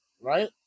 right